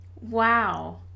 Wow